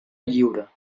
lliure